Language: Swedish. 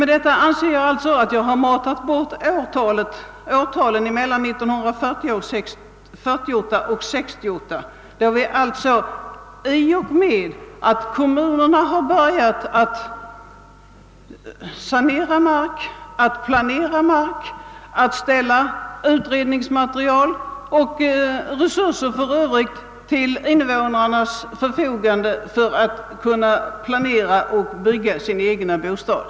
Med detta anser jag att jag uteslutit åren 1948—1968. I och med denna period började nämligen kommunerna att sanera och planera på markområdet och dessutom att ställa utredningsmate rial och andra resurser till invånarnas förfogande för att underlätta för dem att bygga sina egna bostäder.